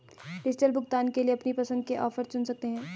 digital भुगतान के लिए अपनी पसंद के ऑफर चुन सकते है